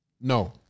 No